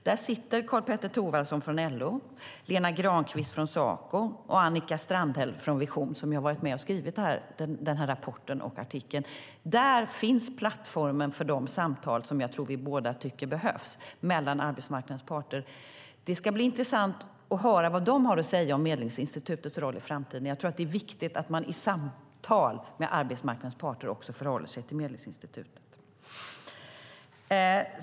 Där sitter Karl-Petter Thorwaldsson från LO, Lena Granqvist från Saco och Annika Strandhäll från Vision, som ju har varit med och skrivit rapporten och artikeln. Där finns plattformen för de samtal som jag tror att vi båda tycker behövs mellan arbetsmarknadens parter. Det ska bli intressant att höra vad man där har att säga om Medlingsinstitutets roll och framtid, men jag tror att det är viktigt att man i samtal med arbetsmarknadens parter också förhåller sig till Medlingsinstitutet.